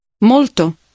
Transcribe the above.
molto